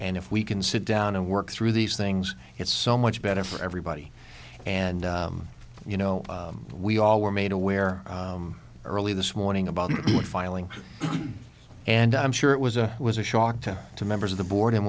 and if we can sit down and work through these things it's so much better for everybody and you know we all were made aware early this morning about filing and i'm sure it was a was a shock to to members of the board and